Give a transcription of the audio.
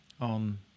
on